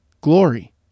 glory